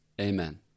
Amen